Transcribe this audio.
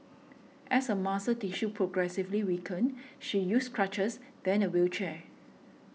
as her muscle tissue progressively weakened she used crutches then a wheelchair